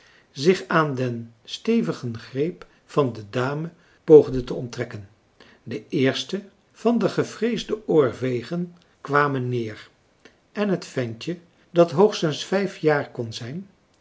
zich aan den stevigen greep van de dame poogde te onttrekken de eerste van de gevreesde oorvegen kwamen neer en het ventje dat hoogstens vijf jaar kon zijn